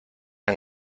han